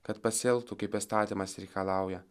kad pasielgtų kaip įstatymas reikalauja